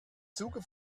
zuge